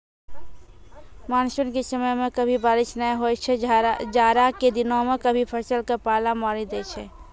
monsoon के समय मॅ कभी बारिश नाय होय छै, जाड़ा के दिनों मॅ कभी फसल क पाला मारी दै छै